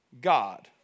God